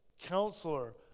Counselor